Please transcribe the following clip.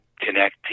connect